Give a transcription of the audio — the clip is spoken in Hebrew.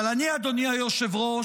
אבל אני, אדוני היושב-ראש,